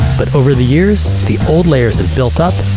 but over the years, the old layers have built up,